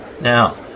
Now